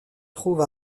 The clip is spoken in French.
trouve